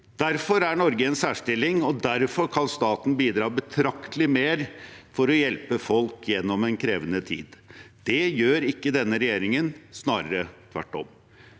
Derfor er Norge i en særstilling, og derfor kan staten bidra betraktelig mer for å hjelpe folk gjennom en krevende tid. Det gjør ikke denne regjeringen – snarere tvert om.